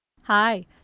hi